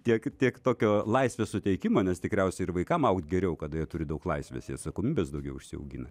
tiek tiek tokio laisvės suteikimo nes tikriausiai ir vaikam augt geriau kada jie turi daug laisvės atsakomybės daugiau užsiaugina